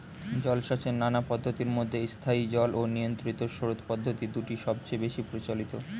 জলচাষের নানা পদ্ধতির মধ্যে স্থায়ী জল ও নিয়ন্ত্রিত স্রোত পদ্ধতি দুটি সবচেয়ে বেশি প্রচলিত